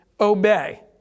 obey